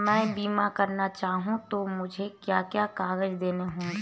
मैं बीमा करना चाहूं तो मुझे क्या क्या कागज़ देने होंगे?